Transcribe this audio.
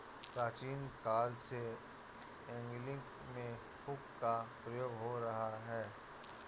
प्राचीन काल से एंगलिंग में हुक का प्रयोग हो रहा है